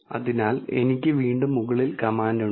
അതിനാൽ എനിക്ക് വീണ്ടും മുകളിൽ കമാൻഡ് ഉണ്ട്